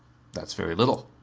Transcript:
that's very little.